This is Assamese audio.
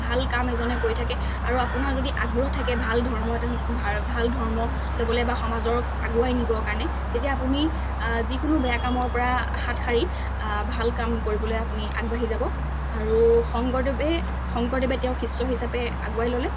ভাল কাম এজনে কৰি থাকে আৰু আপোনাৰ যদি আগ্ৰহ থাকে ভাল ধৰ্ম এদন বা ভাল ধৰ্ম ল'বলৈ বা সমাজক আগুৱাই নিবৰ কাৰণে তেতিয়া আপুনি যিকোনো বেয়া কামৰ পৰা হাত সাৰি ভাল কাম কৰিবলৈ আপুনি আগবাঢ়ি যাব আৰু শংকৰদেৱে শংকৰদেৱে তেওঁক শিষ্য হিচাপে আগুৱাই ল'লে